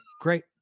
great